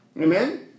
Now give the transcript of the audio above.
Amen